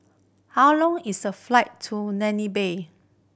how long is the flight to Namibia